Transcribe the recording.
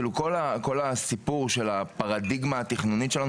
כל הסיפור של הפרדיגמה התכנונית שלנו,